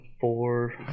four